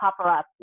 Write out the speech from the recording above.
paparazzi